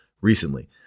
recently